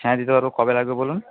হ্যাঁ দিতে পারবো কবে লাগবে বলুন